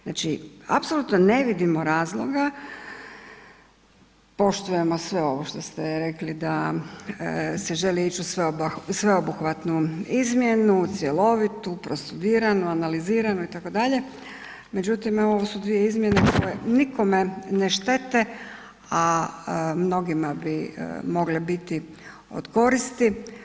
Znači apsolutno ne vidimo razloga, poštujemo sve ovo što ste rekli da se želi ići u sveobuhvatnu izmjenu, cjelovitu prostudiranu, analiziranu, itd., međutim evo ovo su dvije izmjene koje nikome ne štete, a mnogima bi mogle biti od koristi.